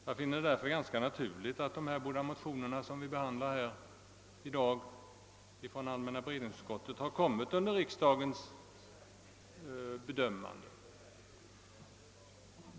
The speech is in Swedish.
Jag finner det därför ganska naturligt att de båda motioner som vi i dag behandlar har upptagits av riksdagen för bedömande.